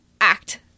act